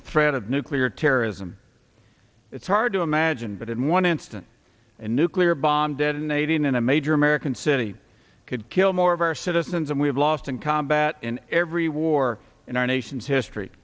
the threat of nuclear terrorism it's hard to imagine but in one instance a nuclear bomb detonating in a major american city could kill more of our citizens and we have lost in combat in every war in our nation's history